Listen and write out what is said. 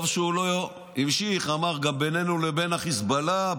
טוב שהוא לא המשיך ואמר שגם בינינו לבין חיזבאללה,